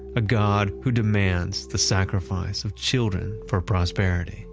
a god who demands the sacrifice of children for prosperity